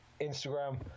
Instagram